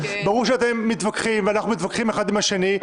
ברור שאתם מתווכחים ואנחנו מתווכחים האחד עם השני,